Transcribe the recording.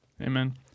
Amen